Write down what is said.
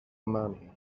money